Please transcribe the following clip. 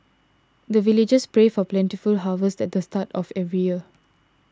the villagers pray for plentiful harvest at the start of every year